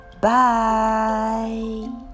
Bye